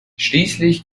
schließlich